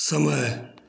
समय